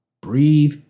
Breathe